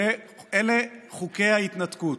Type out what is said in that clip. אלה חוקי ההתנתקות.